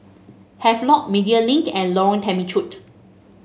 Havelock Media Link and Lorong Temechut